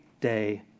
day